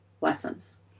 lessons